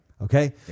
okay